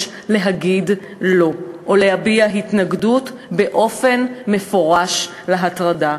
להגיד לא או להביע התנגדות באופן מפורש להטרדה,